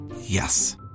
Yes